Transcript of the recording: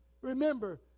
Remember